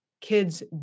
kids